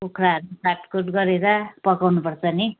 कुखुराहरू नि काटकुट गरेर पकाउनुपर्छ नि